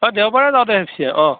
এ দেওবাৰে যাওঁ দে পিছে অঁ